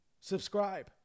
subscribe